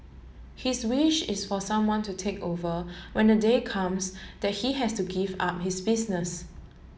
his wish is for someone to take over when the day comes that he has to give up his business